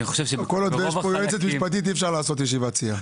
כל עוד יש פה יועצת משפטית אי-אפשר לעשות ישיבת סיעה.